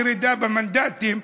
ירידה במנדטים.